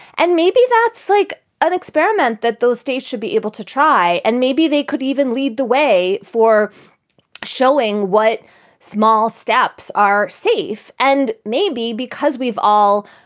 and maybe that's like an experiment that those states should be able to try. and maybe they could even lead the way for showing what small steps are safe. and maybe because we've all,